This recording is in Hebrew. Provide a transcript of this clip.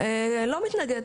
לא מתנגד.